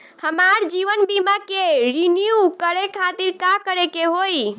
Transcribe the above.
हमार जीवन बीमा के रिन्यू करे खातिर का करे के होई?